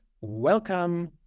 welcome